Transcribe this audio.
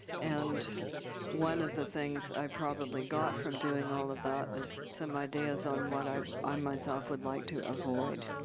and one of the things i probably got from doing all of that is some ideas on what i i myself would like to avoid.